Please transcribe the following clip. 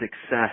success